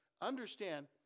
Understand